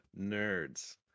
nerds